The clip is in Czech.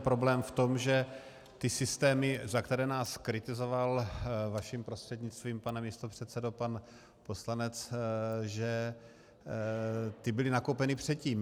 Problém je v tom, že ty systémy, za které nás kritizoval, vaším prostřednictvím pane místopředsedo, pan poslanec, že ty byly nakoupeny předtím.